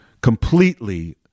completely